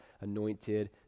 anointed